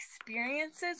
experiences